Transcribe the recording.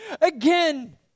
again